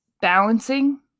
balancing